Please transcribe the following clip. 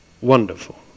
Wonderful